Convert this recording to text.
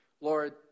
Lord